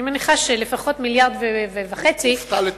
אני מניחה שלפחות מיליארד וחצי, הופתע לטובה.